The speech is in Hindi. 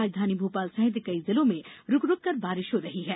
राजधानी भोपाल सहित कई जिलों में रूक रूकर बारिश हो रही है